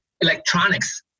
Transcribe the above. electronics